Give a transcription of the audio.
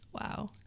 wow